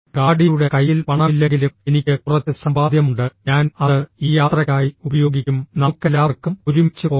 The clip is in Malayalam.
ഡാഡിയുടെ കയ്യിൽ പണമില്ലെങ്കിലും എനിക്ക് കുറച്ച് സമ്പാദ്യമുണ്ട് ഞാൻ അത് ഈ യാത്രയ്ക്കായി ഉപയോഗിക്കും നമുക്കെല്ലാവർക്കും ഒരുമിച്ച് പോകാം